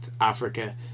africa